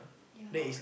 yeah